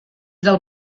del